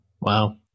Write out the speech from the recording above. Wow